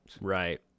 right